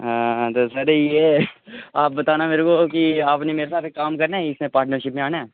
तो sir ये आप बताना मेरे को कि आपने मेरे साथ काम करना है इसमें पार्टनरशिप में आना है